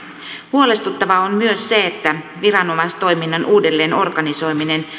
huolestuttavaa on myös se että viranomaistoiminnan uudelleenorganisoiminen